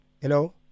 Hello